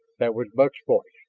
that was buck's voice,